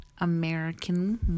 American